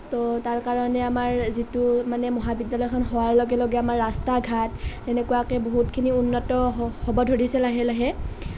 তো তাৰ কাৰণে আমাৰ যিটো মানে মহাবিদ্যালয়খন হোৱাৰ লগে লগে আমাৰ ৰাস্তা ঘাট সেনেকুৱাকৈ বহুতখিনি উন্নত হ'ব ধৰিছে লাহে লাহে